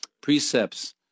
precepts